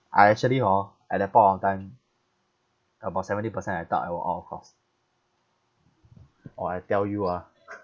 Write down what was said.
I actually hor at that point of time about seventy percent I thought I will off course or I tell you ah